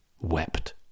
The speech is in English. wept